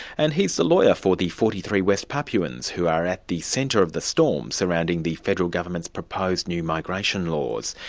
and he's the lawyer for the forty three west papuans who are at the centre of the storm surrounding the federal government's proposed new migration laws.